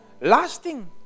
lasting